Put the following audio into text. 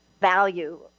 value